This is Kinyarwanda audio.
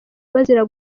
bazira